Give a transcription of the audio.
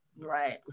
Right